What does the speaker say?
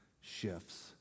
shifts